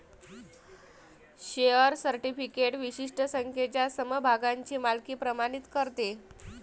share certificate विशिष्ट संख्येच्या समभागांची मालकी प्रमाणित करते